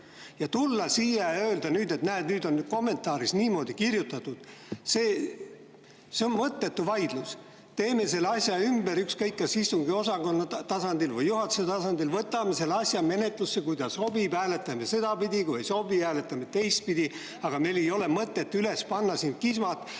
tulla siia ja öelda nüüd, et näed, nüüd on kommentaaris niimoodi kirjutatud – see on mõttetu vaidlus. Teeme selle asja ümber, ükskõik kas istungiosakonna tasandil või juhatuse tasandil. Võtame selle asja menetlusse ja kui see sobib, hääletame sedapidi, kui ei sobi, hääletame teistpidi. Aga meil ei ole mõtet siin üles tõsta juriidilist